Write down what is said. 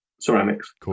ceramics